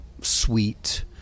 sweet